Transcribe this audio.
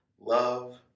love